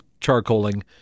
charcoaling